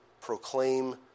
proclaim